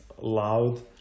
loud